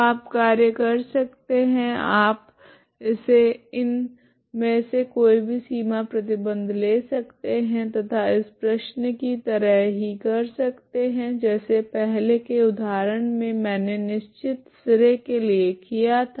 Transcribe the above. तो आप कार्य कर सकते है आप इसे इन मे से कोई भी सीमा प्रतिबंध ले सकते है तथा इस प्रश्न की तरह ही कर सकते है जैसे पहले के उदाहरण मे मैंने निश्चित सिरे के लिए किया था